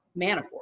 Manafort